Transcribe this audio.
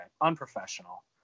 Unprofessional